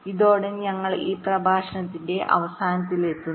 ഇതോടെ ഞങ്ങൾ ഈ പ്രഭാഷണത്തിന്റെ അവസാനത്തിലെത്തുന്നു